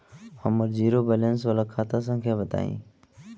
हमर zero balance वाला खाता संख्या बताई?